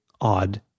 odd